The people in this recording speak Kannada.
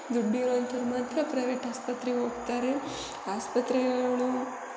ದುಡ್ಡಿರೊ ಅಂಥವ್ರು ಮಾತ್ರ ಪ್ರವೇಟ್ ಆಸ್ಪತ್ರೆಗೆ ಹೋಗ್ತಾರೆ ಆಸ್ಪತ್ರೆಗಳು